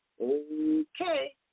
Okay